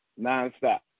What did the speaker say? nonstop